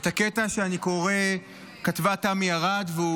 את הקטע שאני קורא כתבה תמי ארד,